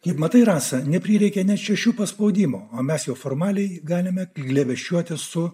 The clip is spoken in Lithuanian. juk matai rasa neprireikė net šešių paspaudimų o mes jau formaliai galime glėbesčiuotis su